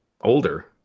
older